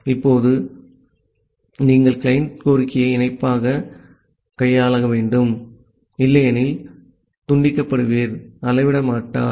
இப்போது அப்படியானால் நீங்கள் கிளையன்ட் கோரிக்கையை இணையாக கையாள வேண்டும் இல்லையெனில் துண்டிக்கப்படுபவர் அளவிட மாட்டார்